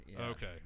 Okay